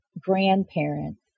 grandparents